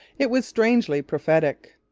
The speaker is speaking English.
it was strangely prophetic.